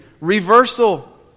reversal